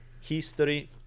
History